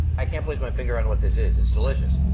i can't place my finger on what this is, it's delicious.